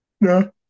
no